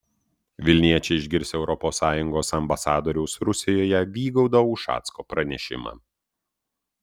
vilniečiai išgirs europos sąjungos ambasadoriaus rusijoje vygaudo ušacko pranešimą